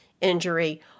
injury